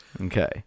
okay